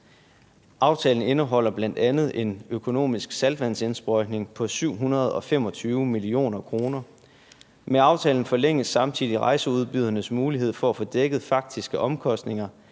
Aftalen indeholder bl.a. en økonomisk saltvandsindsprøjtning på 725 mio. kr. Med aftalen forlænges samtidig rejseudbydernes mulighed for at få dækket faktiske omkostninger